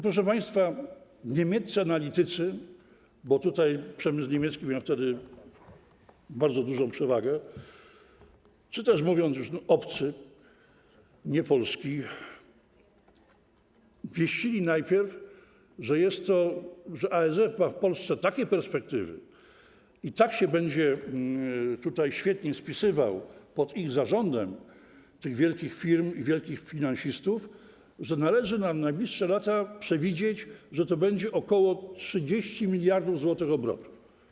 Proszę państwa, niemieccy analitycy, bo tutaj przemysł niemiecki miał wtedy bardzo dużą przewagę - czy też: obcy, a nie polski - wieścili najpierw, że ASF ma w Polsce takie perspektywy i tak się będzie świetnie spisywał pod ich zarządem - tych wielkich firm i wielkich finansistów - że należy na najbliższe lata przewidzieć, że to będzie ok. 30 mld zł obrotu.